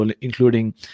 including